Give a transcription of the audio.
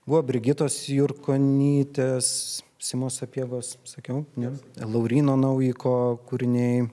buvo brigitos jurkonytės simo sapiegos sakiau ne lauryno naujiko kūriniai